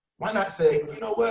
why not say you know what?